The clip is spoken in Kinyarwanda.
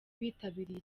bitabiriye